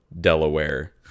Delaware